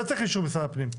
לא צריך אישור משרד הפנים פה,